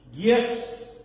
Gifts